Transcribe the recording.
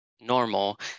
normal